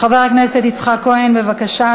חבר הכנסת יצחק כהן, בבקשה.